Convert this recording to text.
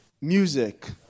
Music